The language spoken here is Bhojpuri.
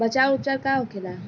बचाव व उपचार का होखेला?